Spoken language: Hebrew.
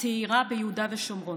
הצעירה ביהודה ושומרון.